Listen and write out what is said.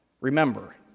Remember